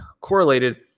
correlated